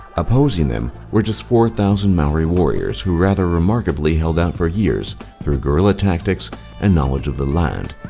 opposing them were just four thousand maori warriors, who rather remarkably held out for years through guerrilla tactics and knowledge of the land.